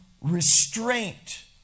restraint